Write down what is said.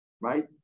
Right